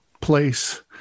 place